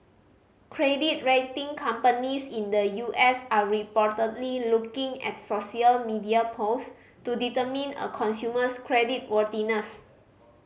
credit rating companies in the U S are reportedly looking at social media post to determine a consumer's credit worthiness